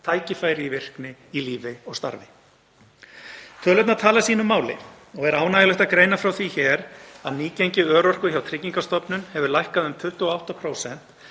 tækifæri til virkni í lífi og starfi. Tölurnar tala sínu máli og er ánægjulegt að greina frá því hér að nýgengi örorku hjá Tryggingastofnun hefur lækkað um 28%